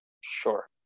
sure